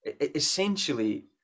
essentially